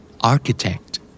Architect